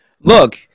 Look